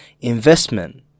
investment